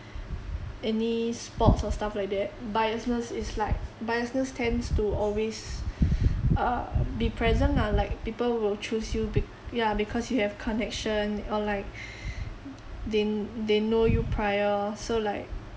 any sports or stuff like that biasness is like biasness tends to always uh be present lah like people will choose you bec~ ya because you have connection or like they kn~ they know you prior so like